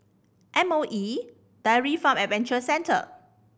M O E Dairy Farm Adventure Centre